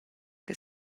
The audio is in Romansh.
che